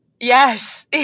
Yes